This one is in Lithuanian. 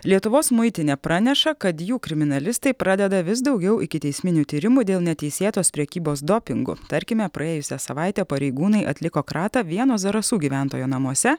lietuvos muitinė praneša kad jų kriminalistai pradeda vis daugiau ikiteisminių tyrimų dėl neteisėtos prekybos dopingu tarkime praėjusią savaitę pareigūnai atliko kratą vieno zarasų gyventojo namuose